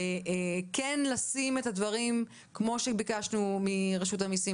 כן לשים את הדברים כפי שביקשנו מרשות המיסים,